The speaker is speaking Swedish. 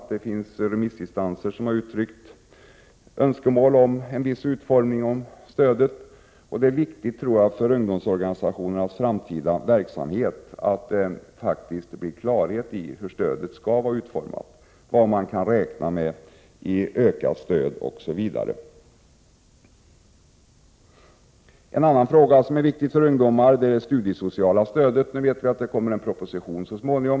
Det finns remissinstanser som har uttryckt önskemål om en viss utformning av stödet. Jag tror att det är viktigt för ungdomsorganisationernas framtida verksamhet att det faktiskt blir klarhet i frågan hur stödet skall vara utformat — vad man kan räkna med när det gäller ökat stöd osv: Ytterligare en fråga som är viktig för ungdomar gäller det studiesociala stödet. Nu vet vi att det kommer en proposition så småningom.